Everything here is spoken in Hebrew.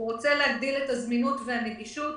הוא רוצה להגדיל את הזמינות והנגישות,